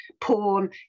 porn